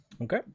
Okay